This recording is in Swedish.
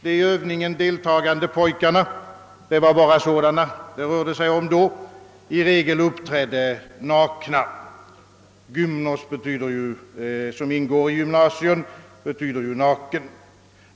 de i övningen deltagande pojkarna — det var bara sådana det rörde sig om då — i regel uppträdde nakna. Ordet »gymnos», som ingår i gymnasium, betyder ju naken.